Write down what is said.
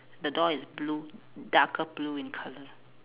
the door is blue darker blue in colour